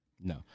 No